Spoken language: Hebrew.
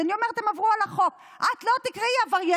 אז אני אומרת: הם עברו על החוק: את לא תקראי לפקידים "עבריינים".